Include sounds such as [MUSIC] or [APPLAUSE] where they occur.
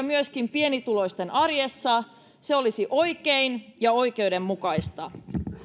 [UNINTELLIGIBLE] myöskin pienituloisten arjessa se olisi oikein ja oikeudenmukaista